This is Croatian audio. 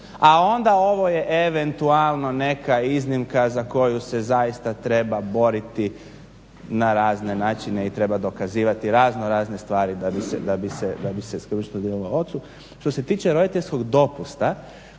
a onda ovo je eventualno neka iznimka za koju se zaista treba boriti na razne načine i treba dokazivati raznorazne stvari da bi se skrbništvo dodijelilo ocu. Što se tiče roditeljskog dopusta,